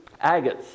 agates